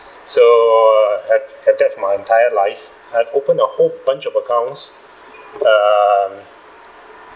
so I I guess my entire life I've opened a whole bunch of accounts err